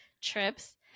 trips